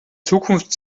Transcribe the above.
zukunft